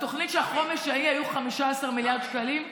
בתוכנית החומש ההיא היו 15 מיליארד שקלים,